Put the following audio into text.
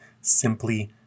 simply